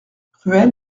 ruelle